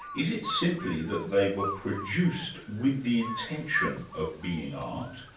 is it simply that they were produced with the intention of being art,